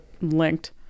linked